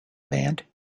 band